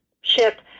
ship